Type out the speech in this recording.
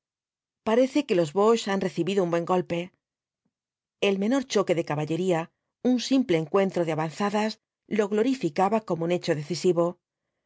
parece que los boches han recibido un buen golpe el menor choque de caballería un simple encuentro de avanzadas lo glorificaba como un hecho decisivo